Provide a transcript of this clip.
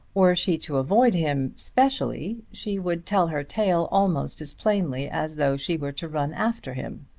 were she to avoid him specially she would tell her tale almost as plainly as though she were to run after him.